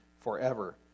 forever